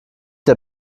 der